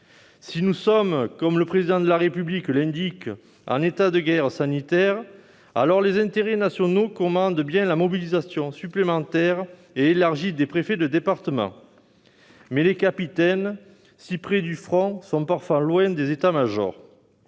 des lois. » Si, comme le Président de la République l'a déclaré, nous sommes en état de guerre sanitaire, alors les intérêts nationaux commandent bien la mobilisation supplémentaire et élargie des préfets de département. Toutefois, les capitaines, si près du front, sont parfois loin des états-majors.